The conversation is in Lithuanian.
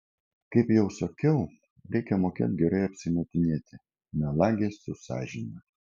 kaip jau sakiau reikia mokėt gerai apsimetinėti melagis su sąžine